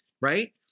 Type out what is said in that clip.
right